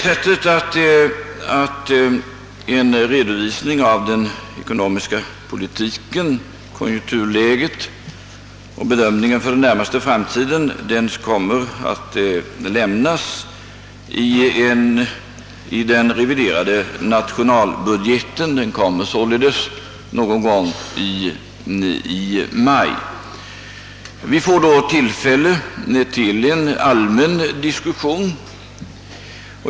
Men en redovisning av den ekonomiska politiken och konjunkturläget samt av vår bedömning för den närmaste framtiden kommer ju att lämnas i den reviderade nationalbudget som föreläggs riksdagen någon gång i maj. Vi får då tillfälle till en allmän diskussion.